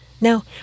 Now